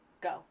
go